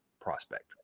prospect